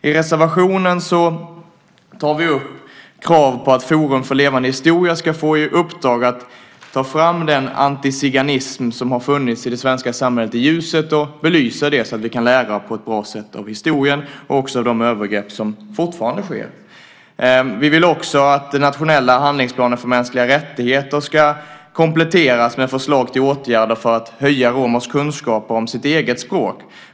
I reservationen tar vi upp krav på att Forum för levande historia ska få i uppdrag att lyfta fram den antiziganism som har funnits i det svenska samhället i ljuset och belysa det så att vi kan lära på ett bra sätt av historien och också av de övergrepp som fortfarande sker. Vi vill också att den nationella handlingsplanen för mänskliga rättigheter ska kompletteras med förslag till åtgärder för att höja romers kunskaper i sitt eget språk.